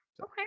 okay